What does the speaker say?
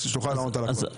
אז שתוכל לענות על הכול.